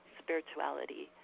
spirituality